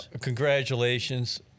Congratulations